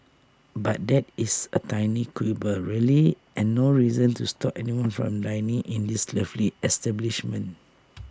but that is A tiny quibble really and no reason to stop anyone from dining in this lovely establishment